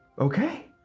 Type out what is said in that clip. Okay